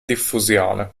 diffusione